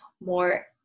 more